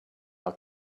our